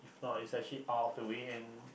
no it's actually out of the way and